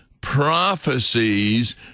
prophecies